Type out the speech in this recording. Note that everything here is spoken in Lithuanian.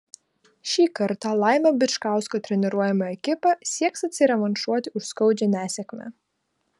šį kartą laimio bičkausko treniruojama ekipa sieks atsirevanšuoti už skaudžią nesėkmę